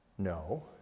No